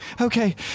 Okay